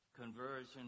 conversion